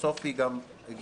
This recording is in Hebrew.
בסוף היא גם הגיונית,